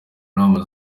nama